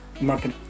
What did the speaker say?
market